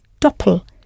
doppel